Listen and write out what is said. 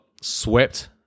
swept